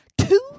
Two